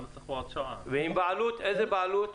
ועם בעלות איזה בעלות?